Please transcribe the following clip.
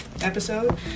episode